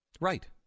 right